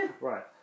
right